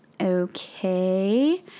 Okay